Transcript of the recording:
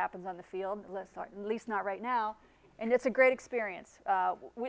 happens on the field least not right now and it's a great experience